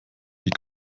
die